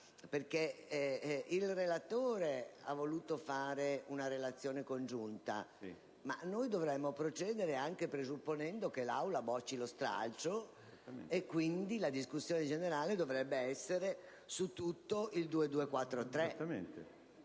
perché il relatore ha voluto fare una relazione complessiva, ma noi dovremmo procedere anche presupponendo che l'Aula bocci lo stralcio e - quindi - la discussione generale dovrebbe avere ad oggetto l'intero